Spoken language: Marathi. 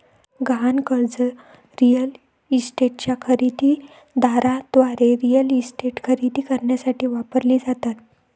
गहाण कर्जे रिअल इस्टेटच्या खरेदी दाराद्वारे रिअल इस्टेट खरेदी करण्यासाठी वापरली जातात